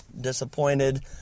disappointed